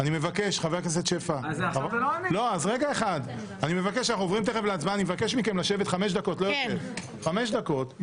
אני חושב שהדברים ששמענו על הצורך הדחוף בהקדמת הדיון בעניין הקורונה,